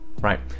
right